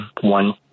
one